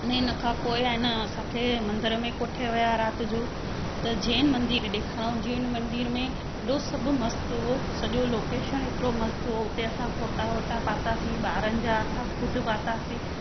अने इन खां पोइ आहे न असांखे मंदर में कोठे विया राति जो त जैन मंदर ॾेखारियो जैन मंदर में एॾो सभु मस्तु हुओ सॼो लोकेशन एतिरो मस्त हुओ हुते असां फोटा वोटा पातासी ॿारनि जा असां ख़ुद पातासी